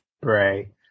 Bray